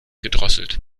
gedrosselt